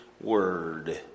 word